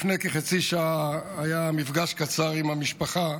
לפני כחצי שעה היה מפגש קצר עם המשפחה,